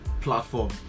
platform